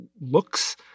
looks